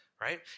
right